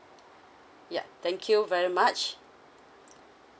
yup thank you very much